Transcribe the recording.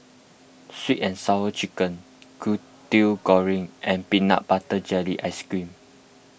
Sweet and Sour Chicken Kway Teow Goreng and Peanut Butter Jelly Ice Cream